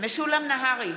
משולם נהרי,